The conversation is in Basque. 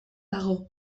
dago